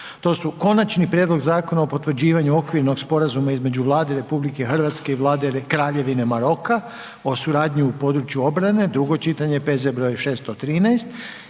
To su: - Konačni prijedlog Zakona o potvrđivanju Okvirnog sporazuma između Vlade Republike Hrvatske i Vlade Kraljevine Maroka o suradnji u području obrane, drugo čitanje, P.Z. br. 613